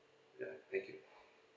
ya thank you